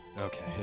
Okay